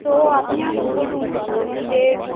তো আপনি আমাকে বলুন যে